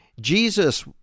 Jesus